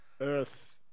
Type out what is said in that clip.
Earth